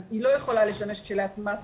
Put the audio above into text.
אז היא לא יכולה לשמש כשלעצמה,